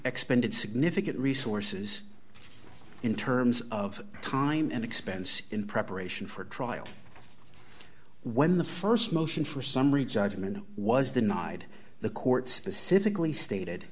expended significant resources in terms of time and expense in preparation for trial when the st motion for summary judgment was denied the court specifically stated